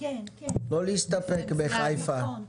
לא להסתפק בחיפה,